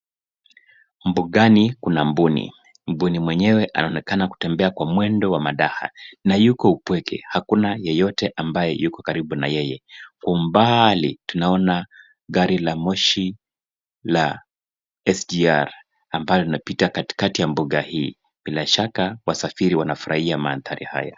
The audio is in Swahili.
Mbugani kuna mbuni, mbuni wenyewe anaonekana kutembea kwa mwendo wa madaha na yuko upweke. Hakuna yeyote ambaye yuko karibu na yeye, kwa umbali tunaona gari la moshi la SGR ambayo linalipita katikati ya mbuga hii, bila shaka wasafiri wanafurahia mandhari haya.